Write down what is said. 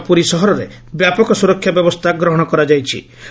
ସମଗ୍ର ପୁରୀ ସହରରେ ବ୍ୟାପକ ସୁରକ୍ଷା ବ୍ୟବସ୍କା ଗ୍ରହଶ କରାଯାଇଛି